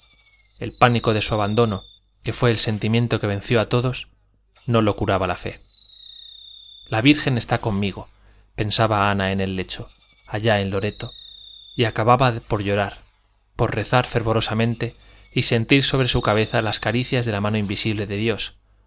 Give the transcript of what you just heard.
el pánico de su abandono que fue el sentimiento que venció a todos no lo curaba la fe la virgen está conmigo pensaba ana en el lecho allá en loreto y acababa por llorar por rezar fervorosamente y sentir sobre su cabeza las caricias de la mano invisible de dios